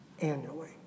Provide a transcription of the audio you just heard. annually